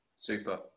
Super